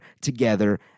together